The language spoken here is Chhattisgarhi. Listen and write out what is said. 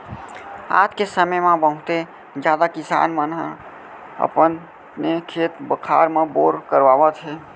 आज के समे म बहुते जादा किसान मन ह अपने खेत खार म बोर करवावत हे